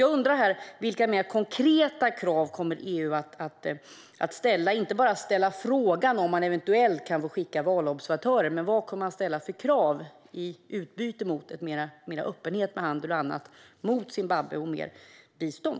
Jag undrar därför vilka mer konkreta krav som EU kommer att ställa förutom frågan om man eventuellt kan få skicka valobservatörer. Vad kommer man att ställa för krav på Zimbabwe i utbyte mot mer öppenhet, mer handel och mer bistånd?